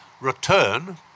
return